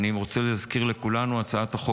אני רוצה להזכיר לכולנו שהצעת החוק